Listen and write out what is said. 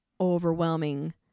overwhelming